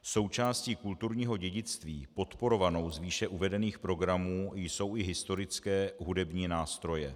Součástí kulturního dědictví podporovanou z výše uvedených programů jsou i historické hudební nástroje.